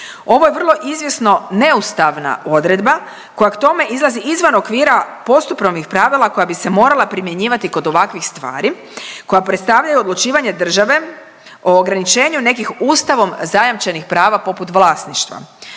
Ovo je vrlo izvjesno neustavna odredba koja k tome izlazi izvan okvira postupovnih pravila koja bi se morala primjenjivati kod ovakvih stvari, koja predstavljaju odlučivanje države o ograničenju nekih ustavom zajamčenih prava poput vlasništva.